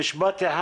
רק במשפט אני